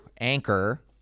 anchor